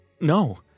No